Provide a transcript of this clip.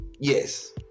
Yes